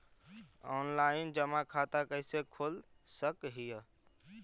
Online जमा खाता कैसे खोल सक हिय?